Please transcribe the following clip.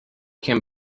can